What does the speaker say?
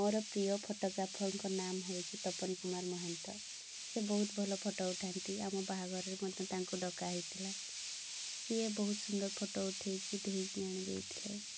ମୋର ପ୍ରିୟ ଫଟୋଗ୍ରାଫର୍ଙ୍କ ନାମ ହେଉଛି ତପନ କୁମାର ମହାନ୍ତ ସିଏ ବହୁତ ଭଲ ଫଟୋ ଉଠାନ୍ତି ଆମ ବାହାଘରରେ ମଧ୍ୟ ତାଙ୍କୁ ଡକା ହୋଇଥିଲା ସିଏ ବହୁତ ସୁନ୍ଦର ଫଟୋ ଉଠାଇକି ଧୋଇକି ଆଣି ଦେଇଥିଲେ